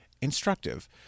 instructive